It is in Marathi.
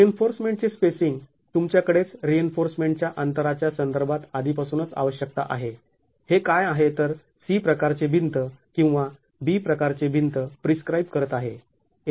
रिइन्फोर्समेंटचे स्पेसिंग तुमच्याकडेच रिइन्फोर्समेंटच्या अंतराच्या संदर्भात आधीपासूनच आवश्यकता आहे हे काय आहे तर C प्रकारची भिंत किंवा B प्रकारची भिंत प्रिस्क्राइब करत आहे